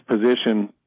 position